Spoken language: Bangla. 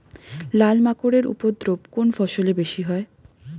লাল মাকড় এর উপদ্রব কোন ফসলে বেশি হয়?